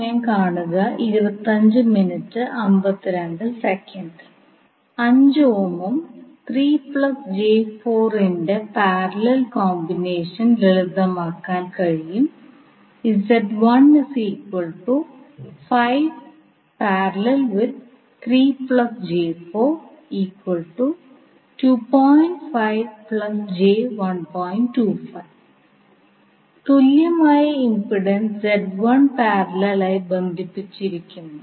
ഉം ഇൻറെ parallel combination ലളിതമാക്കാൻ കഴിയും തുല്യമായ ഇംപിഡൻസ് Z1 പാരലൽ ആയി ബന്ധിപ്പിച്ചിരിക്കുന്നു